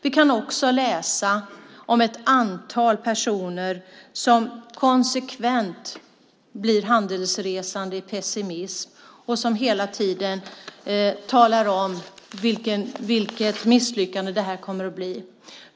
Vi kan också läsa om ett antal personer som konsekvent blir handelsresande i pessimism och som hela tiden talar om vilket misslyckande det här kommer att bli.